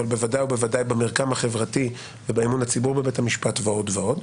בוודאי ובוודאי במרקם החברתי ובאמון הציבור בבית המשפט ועוד ועוד.